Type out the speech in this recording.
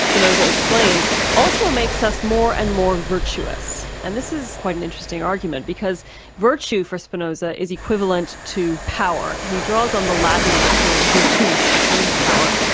spinoza explains, also makes us more and more virtuous. and this is quite an interesting argument because virtue for spinoza is equivalent to power. he draws on the latin term virtus which means power.